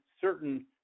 certain